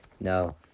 no